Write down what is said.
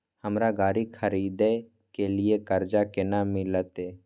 हमरा गाड़ी खरदे के लिए कर्जा केना मिलते?